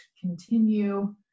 continue